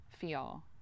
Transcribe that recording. feel